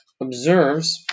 observes